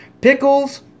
pickles